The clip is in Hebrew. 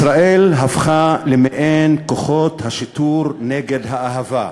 ישראל הפכה למעין כוחות שיטור נגד האהבה,